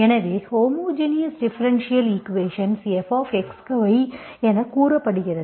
எனவே homogeneous differential equations fxy என கூறப்படுகிறது